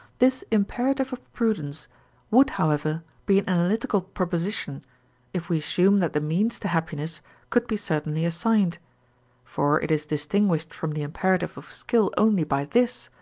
this imperative of prudence would however be an analytical proposition if we assume that the means to happiness could be certainly assigned for it is distinguished from the imperative of skill only by this,